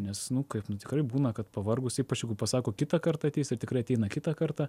nes nu kaip nu tikrai būna kad pavargus ypač jeigu pasako kitą kartą ateis ir tikrai ateina kitą kartą